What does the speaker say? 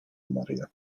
maria